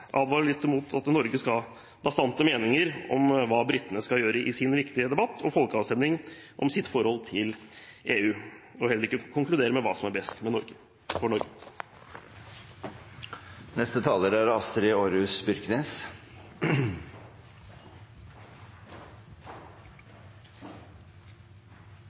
advare litt mot at Norge skal ha bastante meninger om hva britene skal gjøre i sin viktige debatt og folkeavstemning om sitt forhold til EU, og heller ikke konkludere med hva som er best for Norge.